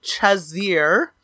Chazir